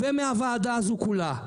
ומהוועדה הזו כולה,